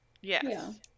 Yes